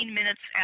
minutes